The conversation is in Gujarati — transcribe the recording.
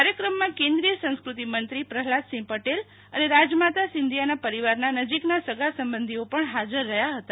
કાર્યક્રમમાં કેન્રિયાય સંસ્કૃતિમંત્રી પ્રહલાદસિંહ પટેલ અને રાજમાતા સિંઘિયાના પરિવારના નજીકના સગાસબંધીઓ પણ હાજર રહ્યા હતા